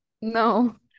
No